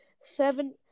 seven